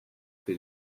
que